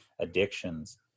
addictions